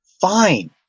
fine